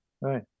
Right